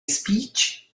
speech